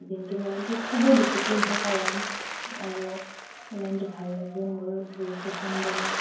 banking লাইনটো খুবেই discipline থকা লাইন আৰু লাইনটো ভাল লাগে মোৰ বহুত পচন্দ হয়